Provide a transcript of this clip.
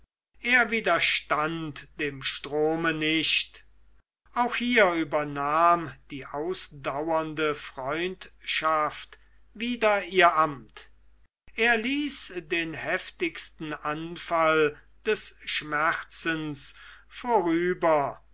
er widerstand dem strome nicht auch hier übernahm die ausdauernde freundschaft wieder ihr amt er ließ den heftigsten anfall des schmerzens vorüber